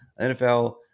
NFL